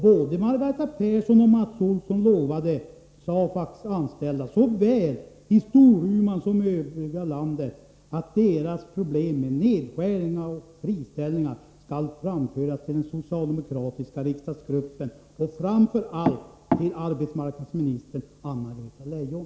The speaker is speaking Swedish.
Både Margareta Persson och Mats Olsson lovade SAFAC:s anställda, såväl i Storuman som i övriga landet, att deras problem med nedskärningar och friställningar skulle framläggas för den socialdemokratiska riksdagsgruppen — och framför allt för arbetsmarknadsministern Anna-Greta Leijon.